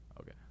Okay